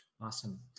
Awesome